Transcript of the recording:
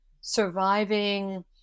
surviving